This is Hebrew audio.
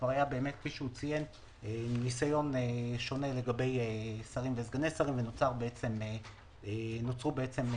כבר היה ניסיון שונה לגבי שרים וסגני שרים ונוצרו פערים.